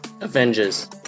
Avengers